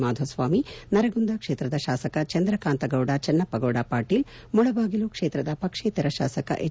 ಮಾಧುಸ್ವಾಮಿ ನರಗುಂದ ಕ್ಷೇತ್ರದ ಶಾಸಕ ಚಂದ್ರಕಾಂತ ಗೌಡ ಚನ್ನಪ್ಪಗೌಡ ಪಾಟೀಲ್ ಮುಳಬಾಗಿಲು ಕ್ಷೇತ್ರದ ಪಕ್ಷೇತರ ಶಾಸಕ ಎಚ್